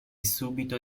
subito